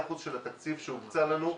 100% של התקציב שהוקצה לנו.